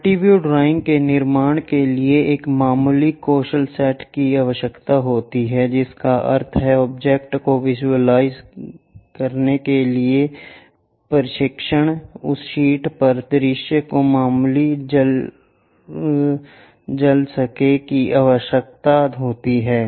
multi view drawing के निर्माण के लिए एक मामूली कौशल सेट की आवश्यकता होती है जिसका अर्थ है ऑब्जेक्ट को विज़ुअलाइज़ करने के लिए प्रशिक्षण उस शीट पर दृश्य को मामूली जलसेक की आवश्यकता होती है